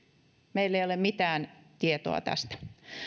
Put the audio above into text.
meillä ei ole mitään tietoa tästä